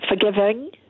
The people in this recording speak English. forgiving